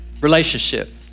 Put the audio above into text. relationship